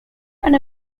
and